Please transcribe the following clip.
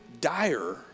dire